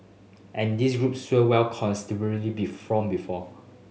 and this group swelled considerably be from before